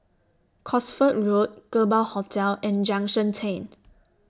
Cosford Road Kerbau Hotel and Junction ten